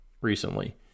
recently